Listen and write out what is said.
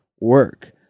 work